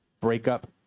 breakup